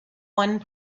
one